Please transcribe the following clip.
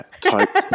type